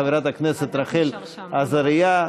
חברת הכנסת רחל עזריה,